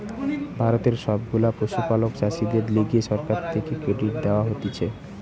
ভারতের সব গুলা পশুপালক চাষীদের লিগে সরকার থেকে ক্রেডিট দেওয়া হতিছে